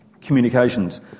Communications